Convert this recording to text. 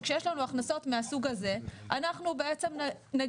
שכשיש לנו הכנסות מהסוג הזה אנחנו נגיד